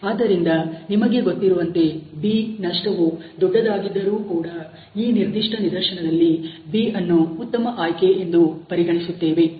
ಆದ್ದರಿಂದ ನಿಮಗೆ ಗೊತ್ತಿರುವಂತೆ B ನಷ್ಟವು ದೊಡ್ಡದಾಗಿದ್ದರೂ ಕೂಡ ಈ ನಿರ್ದಿಷ್ಟ ನಿದರ್ಶನದಲ್ಲಿ B ಅನ್ನು ಉತ್ತಮ ಆಯ್ಕೆ ಎಂದು ಪರಿಗಣಿಸುತ್ತೇವೆ